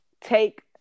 take